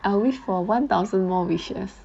I will wish for one thousand more wishes